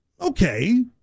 Okay